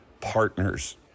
partners